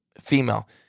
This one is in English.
female